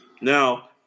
Now